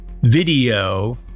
video